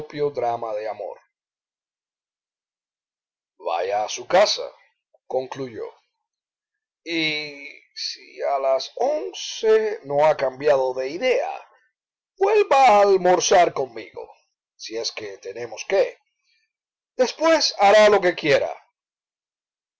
drama de amor vaya a su casa concluyó y si a las once no ha cambiado de idea vuelva a almorzar conmigo si es que tenemos qué después hará lo que quiera